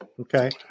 Okay